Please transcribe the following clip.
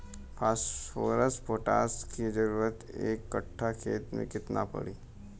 Phosphorus potash के जरूरत एक कट्ठा खेत मे केतना पड़ी?